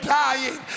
dying